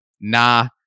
nah